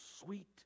sweet